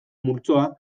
multzoa